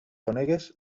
conegues